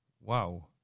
Wow